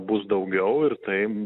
bus daugiau ir tai